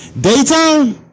daytime